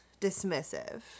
dismissive